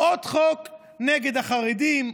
על עוד חוק נגד החרדים,